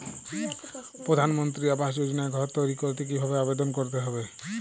প্রধানমন্ত্রী আবাস যোজনায় ঘর তৈরি করতে কিভাবে আবেদন করতে হবে?